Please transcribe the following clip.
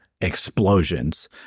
explosions